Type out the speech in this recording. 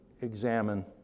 examine